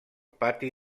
pati